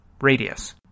radius